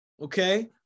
Okay